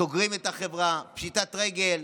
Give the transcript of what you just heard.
סוגרים את החברה, הן פושטות את הרגיל.